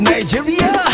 Nigeria